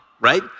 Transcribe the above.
right